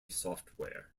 software